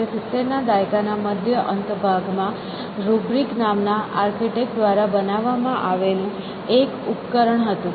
તે સિત્તેરના દાયકાના મધ્ય અંત ભાગમાં રુબ્રિક નામના આર્કિટેક્ટ દ્વારા બનાવવામાં આવેલું એક ઉપકરણ હતું